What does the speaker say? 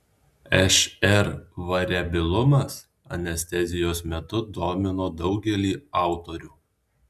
šr variabilumas anestezijos metu domino daugelį autorių